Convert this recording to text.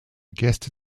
gäste